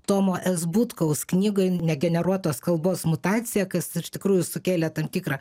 tomo s butkaus knygai negeneruotos kalbos mutacija kas iš tikrųjų sukėlė tam tikrą